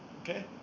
Okay